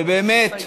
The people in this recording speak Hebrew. ובאמת,